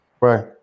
right